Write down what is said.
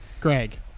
Greg